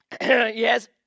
Yes